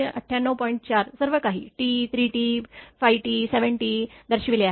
4 सर्वकाही T 3 T 5 T 7 T दर्शविले आहे